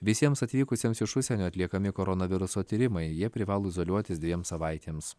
visiems atvykusiems iš užsienio atliekami koronaviruso tyrimai jie privalo izoliuotis dviem savaitėms